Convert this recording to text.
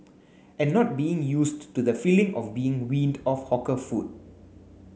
and not being used to the feeling of being weaned off hawker food